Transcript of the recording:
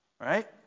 Right